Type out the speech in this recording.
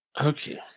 Okay